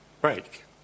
break